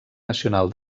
nacional